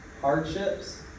hardships